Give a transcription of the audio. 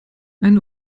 eine